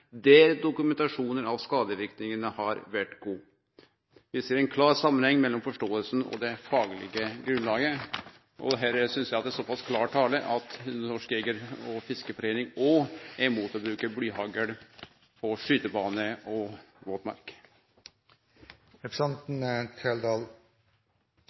der dokumentasjonen av skadevirkningene har vært god. Vi ser altså en klar sammenheng mellom forståelsen og den faglige grunnlaget.» Dette synest eg er klar tale: Norges Jeger- og Fiskerforbund er imot å bruke blyhagl på skytebanane og